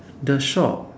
the shop